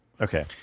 Okay